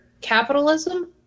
capitalism